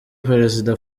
perezida